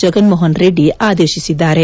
ಜಗನ್ಮೋಹನ್ ರೆಡ್ಡಿ ಆದೇಶಿಸಿದ್ದಾರೆ